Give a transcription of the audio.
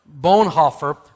Bonhoeffer